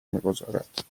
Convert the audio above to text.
میگذارد